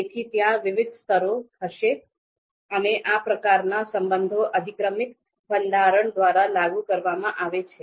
તેથી ત્યાં વિવિધ સ્તરો હશે અને આ પ્રકારનાં સંબંધો અધિક્રમિક બંધારણ દ્વારા લાગુ કરવામાં આવે છે